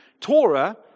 Torah